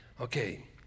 Okay